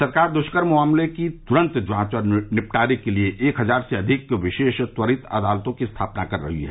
सरकार दुष्कर्म मामलों के तुरन्त जांच और निपटारे के लिए एक हजार से अधिक विशेष त्वरित अदालतों की स्थापना कर रही है